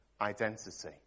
identity